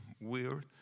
weird